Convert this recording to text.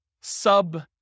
sub